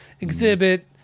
Exhibit